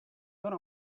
gone